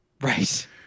Right